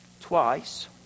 twice